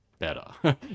better